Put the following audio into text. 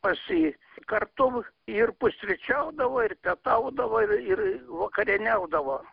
pas jį kartu ir pusryčiaudavo ir pietaudavo ir ir vakarieniaudavo